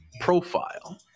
profile